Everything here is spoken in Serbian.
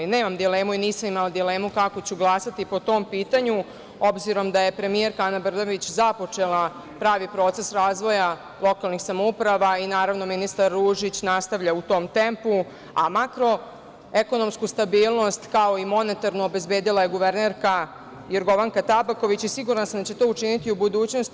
Nemam dilemu i nisam imala dilemu kako ću glasati po tom pitanju, obzirom da je premijerka Ana Brnabić započela pravi proces razvoja lokalnih samouprava i naravno ministar Ružić nastavlja tim tempom, a makroekonomsku stabilnost, kao i monetarnu obezbedila je guvernerka Jorgovanka Tabaković i sigurna sam da će to učiniti i u budućnosti.